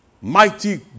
Mighty